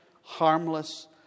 harmless